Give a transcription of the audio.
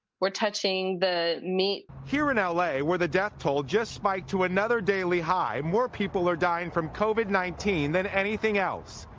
we're touching the meat. reporter here in l a. where the death toll just spiked to another daily high, more people are dying from covid nineteen than anything else.